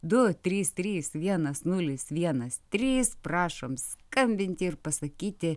du du trys trys vienas nulis vienas trys prašom skambinti ir pasakyti